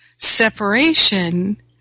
Separation